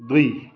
दुई